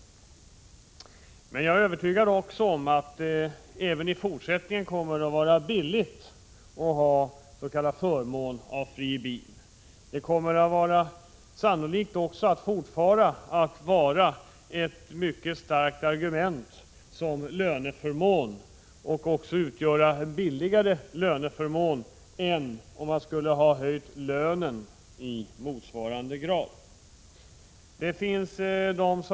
11 december 1986 Men jag är också övertygad om att man även i fortsättningen kommer att tjäna på att ha s.k. förmån av fri bil. Sannolikt kommer rätt till tjänstebil fortfarande att anföras som ett mycket starkt argument när man diskuterar löneförmåner, eftersom en bilförmån räknas som fördelaktigare än en höjning i motsvarande grad av lönen.